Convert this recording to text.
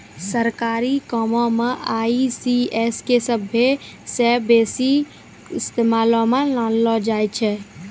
सरकारी कामो मे ई.सी.एस के सभ्भे से बेसी इस्तेमालो मे लानलो जाय छै